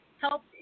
help